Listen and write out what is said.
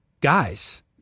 guys